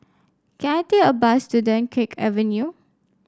can I take a bus to Dunkirk Avenue